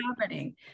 happening